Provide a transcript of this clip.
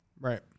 Right